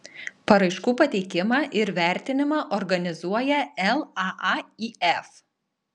paraiškų pateikimą ir vertinimą organizuoja laaif